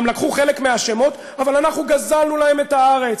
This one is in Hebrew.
גם לקחו חלק מהשמות, אבל אנחנו גזלנו להם את הארץ.